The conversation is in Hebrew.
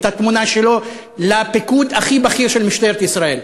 את התמונה שלו לפיקוד הכי בכיר של משטרת ישראל.